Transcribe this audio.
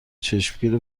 چشمگیر